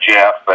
Jeff